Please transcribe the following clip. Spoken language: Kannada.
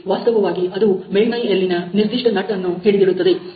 ವಾಸ್ತವವಾಗಿ ಅದು ಮೇಲ್ಮೈಯಲ್ಲಿನ ನಿರ್ದಿಷ್ಟ ನಟ್ ಅನ್ನು ಹಿಡಿದಿಡುತ್ತದೆ